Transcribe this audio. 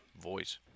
voice